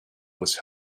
was